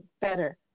better